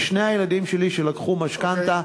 לשני הילדים שלי שלקחו משכנתה,